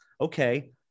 Okay